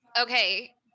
Okay